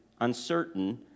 uncertain